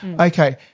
Okay